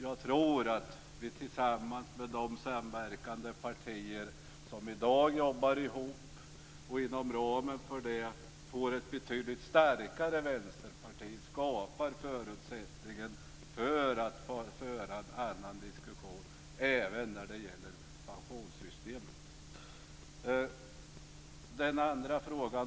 Jag tror att vi tillsammans med de partier som i dag jobbar ihop, och inom ramen för den samverkan, får ett betydligt starkare Vänsterparti och skapar förutsättningar för att föra en annan diskussion även när det gäller pensionssystemet.